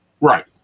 Right